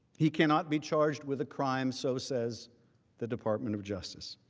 he cannot be charged with a crime. so says the department of justice.